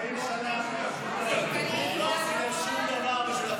40 שנה לא עשיתם שום דבר בשביל הפריפריה.